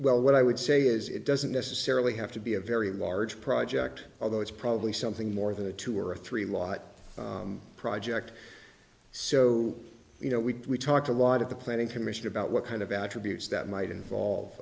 well what i would say is it doesn't necessarily have to be a very large project although it's probably something more than a two or three lot project so you know we talked a lot at the planning commission about what kind of attributes that might